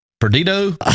Perdido